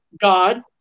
God